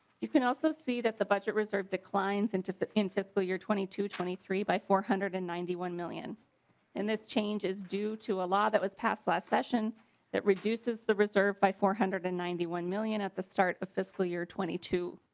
you can also see that the budget reserve declines in and to that in fiscal year twenty to twenty three by four hundred and ninety one million and this change is due to a law that was passed last session that reduces the reserve by four hundred and ninety one million at the start the fiscal year twenty two.